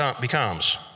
becomes